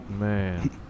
Man